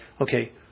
okay